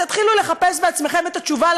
אז תתחילו לחפש בעצמכם את התשובה על